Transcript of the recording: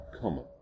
common